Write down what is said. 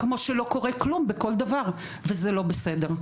כמו לא קורה כלום בכל דבר וזה לא בסדר.